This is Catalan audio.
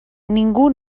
ningú